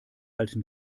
alten